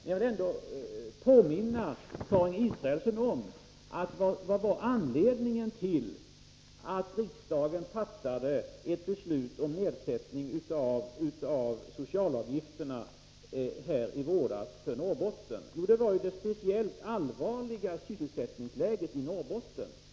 Jag vill ändå påminna Karin Israelsson om att anledningen till att riksdagen i våras fattade ett beslut om nedsättning av socialavgifterna för Norrbotten var det speciellt allvarliga sysselsättningsläget där.